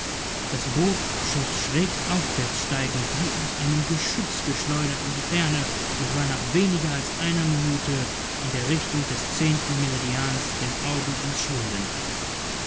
das boot schoß schräg aufwärts steigend wie aus einem geschütz geschleudert in die ferne und war nach weniger als einer minute in der richtung des zehnten meridians dem auge entschwunden